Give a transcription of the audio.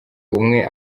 umwe